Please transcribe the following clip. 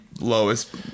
lowest